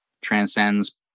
transcends